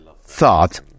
thought